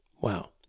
wow